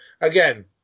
Again